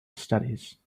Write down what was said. studies